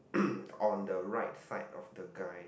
on the right side of the guy